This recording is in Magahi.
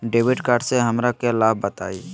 डेबिट कार्ड से हमरा के लाभ बताइए?